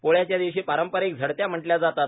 पोळ्याच्या दिवशी पारंपारिक झडत्या म्हटल्या जातात